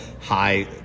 high